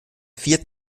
vier